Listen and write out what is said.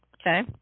okay